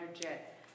jet